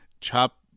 chop